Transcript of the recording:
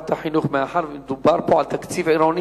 החינוך מאחר שמדובר פה על תקציב עירוני.